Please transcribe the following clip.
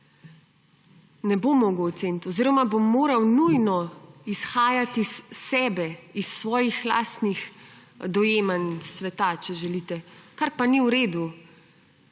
Ne bo mogel oceniti oziroma bo moral nujno izhajati iz sebe, iz svojih lastnih dojemanj sveta, če želite. Kar pa ni v redu!